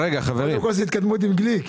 זאת התקדמות של גליק.